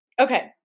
Okay